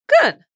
Good